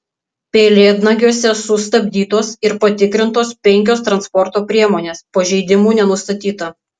pelėdnagiuose sustabdytos ir patikrintos penkios transporto priemonės pažeidimų nenustatyta